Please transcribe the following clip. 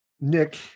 Nick